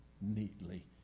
neatly